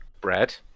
Bread